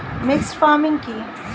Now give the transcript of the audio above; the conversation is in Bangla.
মিক্সড ফার্মিং কি?